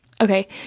okay